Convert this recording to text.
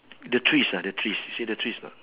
the trees ah the trees see the trees or not